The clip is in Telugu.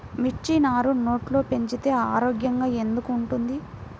మిర్చి నారు నెట్లో పెంచితే ఆరోగ్యంగా ఎందుకు ఉంటుంది?